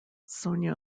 sonia